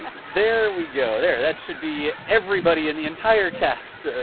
there we go. there. that should be everybody in the entire cast.